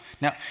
Now